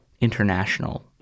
international